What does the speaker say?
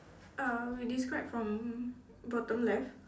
uh describe from bottom left